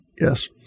Yes